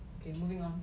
okay moving on